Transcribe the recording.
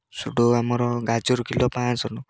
ସେଇଠୁ ଆମର ଗାଜର କିଲୋ ପାଞ୍ଚଶହ ଟଙ୍କା